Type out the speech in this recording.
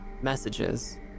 messages